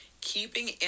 keeping